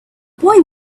boy